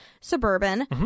suburban